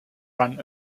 run